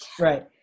Right